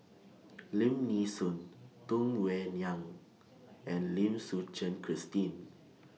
Lim Nee Soon Tung Yue Nang and Lim Suchen Christine